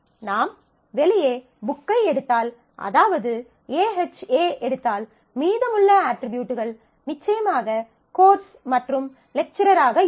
நாம் வெளியே புக்கை எடுத்தால் அதாவது AHA எடுத்தால் மீதமுள்ள அட்ரிபியூட்கள் நிச்சயமாக கோர்ஸ் மற்றும் லெக்சரர் ஆக இருக்கும்